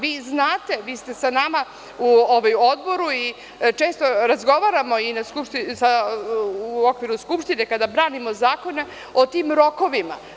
Vi znate, vi ste sa nama u odboru i često razgovaramo u okviru Skupštine kada branimo zakone o tim rokovima.